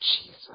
Jesus